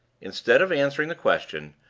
instead of answering the question,